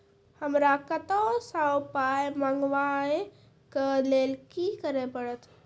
हमरा कतौ सअ पाय मंगावै कऽ लेल की करे पड़त?